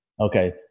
Okay